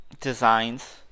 designs